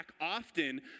often